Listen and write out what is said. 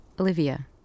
Olivia